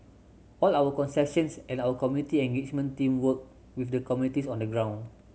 all our concessions and our community engagement team work with the communities on the ground